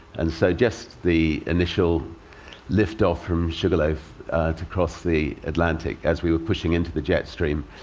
and so, just the initial lift off from sugarloaf to cross the atlantic, as we were pushing into the jet stream,